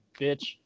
bitch